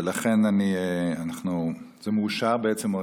ולכן זה מאושר, בעצם.